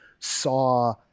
saw